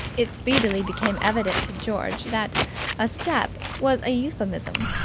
it speedily became evident to george that a step was a euphemism.